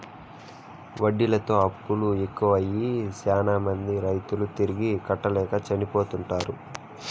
వడ్డీతో అప్పులు ఎక్కువై శ్యానా మంది రైతులు తిరిగి కట్టలేక చనిపోతుంటారు